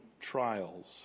trials